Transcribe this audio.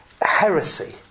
heresy